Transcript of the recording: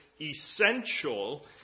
essential